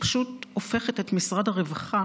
שפשוט הופכת את משרד הרווחה